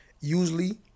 usually